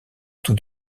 tout